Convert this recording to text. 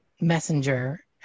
Messenger